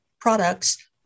products